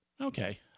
Okay